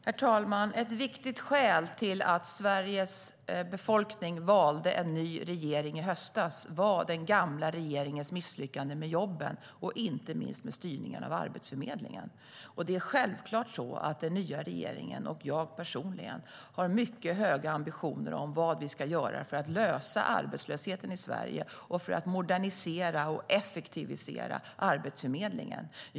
Herr talman! Ett viktigt skäl till att Sveriges befolkning valde en ny regering i höstas var den gamla regeringens misslyckande med jobben och, inte minst, med styrningen av Arbetsförmedlingen. Det är självklart att den nya regeringen och jag personligen har mycket höga ambitioner för vad vi ska göra för att lösa problemet med arbetslösheten i Sverige och för att modernisera och effektivisera Arbetsförmedlingen.